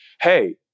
Hey